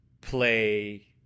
play